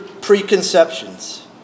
preconceptions